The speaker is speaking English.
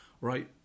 right